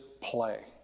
play